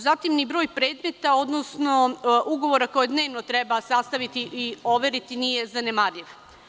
Zatim ni broj predmeta, odnosno ugovora koje dnevno treba sastaviti i overiti nije zanemarljiv.